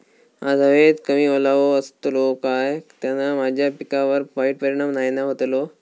आज हवेत कमी ओलावो असतलो काय त्याना माझ्या पिकावर वाईट परिणाम नाय ना व्हतलो?